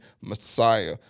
Messiah